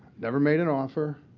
never made an offer,